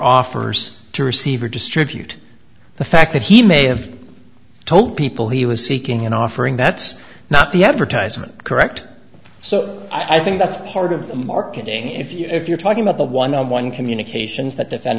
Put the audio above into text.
offers to receive or distribute the fact that he may have told people he was seeking an offering that's not the advertisement correct so i think that's part of the marketing if you're talking about the one on one communications that defend